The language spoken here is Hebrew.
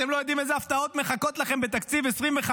אתם לא יודעים אילו הפתעות מחכות לכם בתקציב 2025,